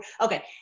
okay